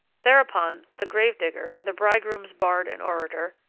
thereupon, the grave-digger, the bridegroom's bard and orator,